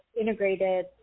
integrated